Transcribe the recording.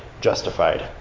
justified